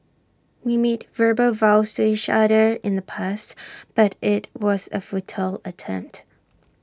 we made verbal vows to each other in the past but IT was A futile attempt